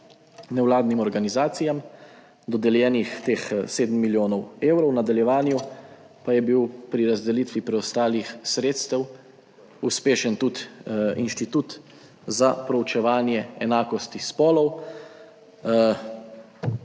nevladnim organizacijam dodeljenih teh 7 milijonov evrov, v nadaljevanju pa je bil pri razdelitvi preostalih sredstev uspešen tudi Inštitut za proučevanje enakosti spolov.